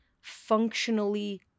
functionally